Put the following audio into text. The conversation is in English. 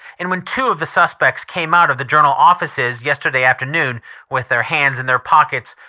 and when two of the suspects came out of the journal offices yesterday afternoon with their hands in their pockets,